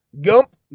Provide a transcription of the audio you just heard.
Gump